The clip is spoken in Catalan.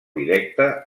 directe